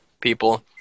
people